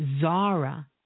Zara